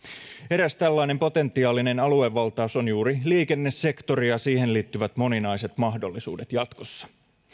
eräs tällainen potentiaalinen aluevaltaus on juuri liikennesektori ja siihen liittyvät moninaiset mahdollisuudet jatkossa